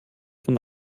von